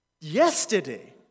yesterday